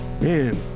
Man